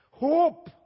Hope